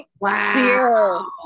wow